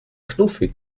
knuffig